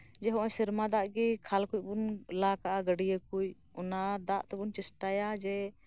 ᱡᱮ ᱱᱚᱜ ᱚᱭ ᱥᱮᱨᱢᱟ ᱫᱟᱜ ᱜᱮ ᱠᱷᱟᱞ ᱠᱚᱵᱚᱱ ᱞᱟ ᱠᱟᱜᱼᱟ ᱜᱟᱹᱰᱭᱟᱹ ᱠᱚᱵᱚᱱ ᱠᱩᱡ ᱚᱱᱟ ᱫᱟᱜ ᱠᱚᱵᱚᱱ ᱪᱮᱥᱴᱟᱭᱟ ᱡᱮ